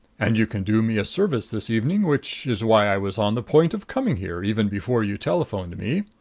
and you can do me a service this evening, which is why i was on the point of coming here, even before you telephoned me.